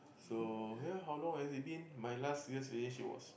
so ya how long has it been my last serious relationship was